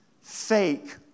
fake